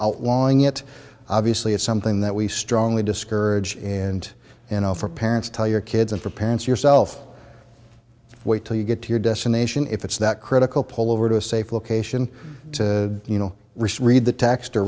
outlawing it obviously is something that we strongly discourage in you know for parents tell your kids and for parents yourself wait till you get to your destination if it's that critical pull over to a safe location you know risk read the t